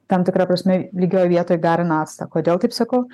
tam tikra prasme lygioj vietoj garina actą kodėl taip sakau